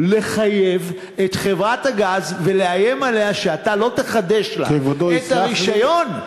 לחייב את חברת הגז ולאיים עליה שאתה לא תחדש לה את הרישיון?